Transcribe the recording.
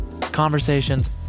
conversations